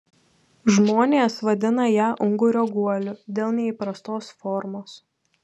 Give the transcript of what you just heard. žmonės vadina ją ungurio guoliu dėl neįprastos formos